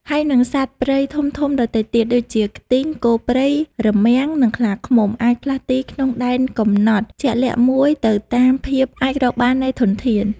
ហើយនិង សត្វព្រៃធំៗដទៃទៀត ដូចជា ខ្ទីង គោព្រៃ រមាំង និងខ្លាឃ្មុំ អាចផ្លាស់ទីក្នុងដែនកំណត់ជាក់លាក់មួយទៅតាមភាពអាចរកបាននៃធនធាន។